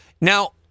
Now